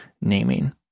naming